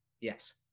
Yes